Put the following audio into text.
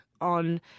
on